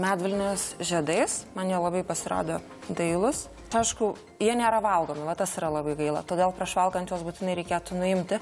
medvilnės žiedais man jie labai pasirodė dailūs aišku jie nėra valgomi vat tas yra labai gaila todėl prieš valgant juos būtinai reikėtų nuimti